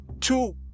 two